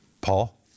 Paul